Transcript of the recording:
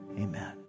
amen